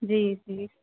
जी जी